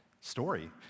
story